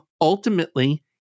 Ultimately